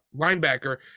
linebacker